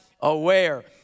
aware